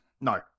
No